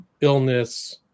illness